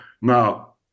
Now